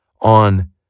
on